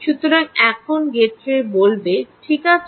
সুতরাং এখন গেটওয়ে বলবে ঠিক আছে